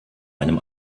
einem